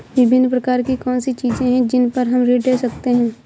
विभिन्न प्रकार की कौन सी चीजें हैं जिन पर हम ऋण ले सकते हैं?